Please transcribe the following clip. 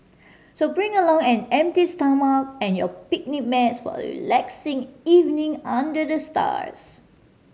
so bring along an empty stomach and your picnic mats for a relaxing evening under the stars